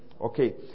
okay